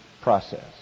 process